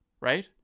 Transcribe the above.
right